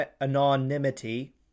anonymity